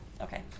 Okay